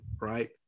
right